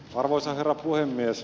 arvoisa herra puhemies